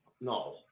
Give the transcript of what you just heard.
No